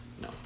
No